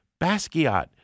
Basquiat